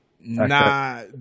nah